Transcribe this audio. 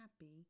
happy